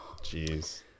Jeez